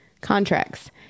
contracts